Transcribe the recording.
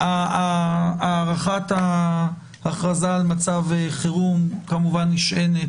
הארכת ההכרזה על מצב חירום כמובן נשענת